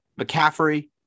McCaffrey